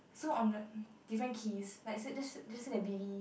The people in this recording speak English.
so on a different keys like say just s~ just say the